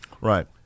right